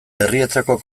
herrietako